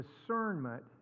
discernment